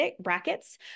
brackets